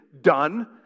done